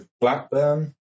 Blackburn